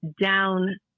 down